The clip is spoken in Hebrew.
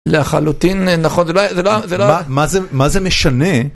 לחלוטין, נכון, זה לא, זה לא, זה לא... מה זה, מה זה משנה?